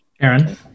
Aaron